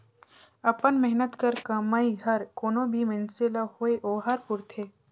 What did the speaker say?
अपन मेहनत कर कमई हर कोनो भी मइनसे ल होए ओहर पूरथे